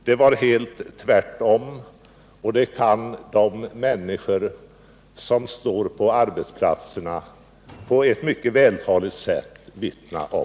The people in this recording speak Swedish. Det var alldeles tvärtom, och det kan de människor som finns på arbetsplatserna och i arbetslöshetsköerna på ett mycket vältaligt sätt vittna om.